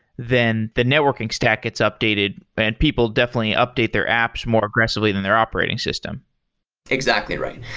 then the networking stack gets updated and people definitely update their apps more aggressively than their operating system exactly, right.